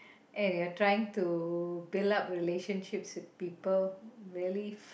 and you're trying to build up relationships with people really